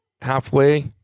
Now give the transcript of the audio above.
halfway